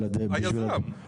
היזם.